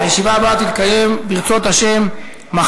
ברצות השם,